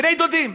בני-דודים,